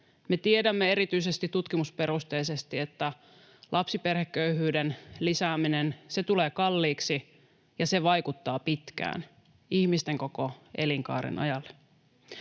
Me tiedämme erityisesti tutkimusperusteisesti, että lapsiperheköyhyyden lisääminen tulee kalliiksi ja se vaikuttaa pitkään, ihmisten koko elinkaaren ajan.